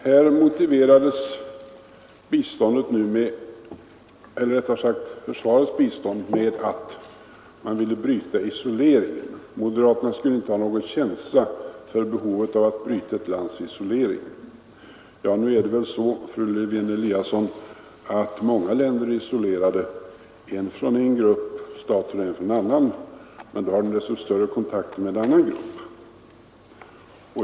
Här motiverades och försvarades bistånd med att man ville bryta isoleringen. Moderaterna skulle däremot inte ha någon känsla för behovet av att bryta ett lands isolering! Nu är det väl så, fru Lewén-Eliasson, att många länder är isolerade — än från en grupp stater och än från en annan grupp — men då har de i stället desto större kontakt med någon annan grupp.